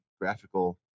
graphical